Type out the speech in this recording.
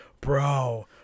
bro